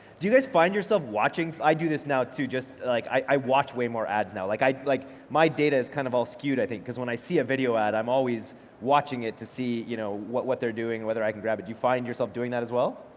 do you guys find yourself watching i do this now too just like i watch way more ads now, like like my data is kind of all skewed i think because when i see a video ad, i'm always watching it to see you know what what they're doing, whether i can grab it. do you find yourself doing that as well?